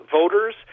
voters